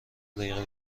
دقیقه